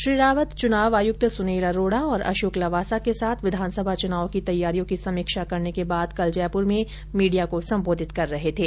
श्री रावत चुनाव आयुक्त सुनील अरोड़ा और अशोक लवासा के साथ विधानसभा चुनाव की तैयारियों की समीक्षा करने के बाद कल जयपुर में मीडिया को संबोधित कर रहे थे